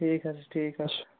ٹھیٖک حظ چھُ ٹھیٖک حظ چھُ